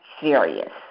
Serious